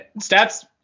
Stats